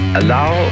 allow